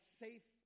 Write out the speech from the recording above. safe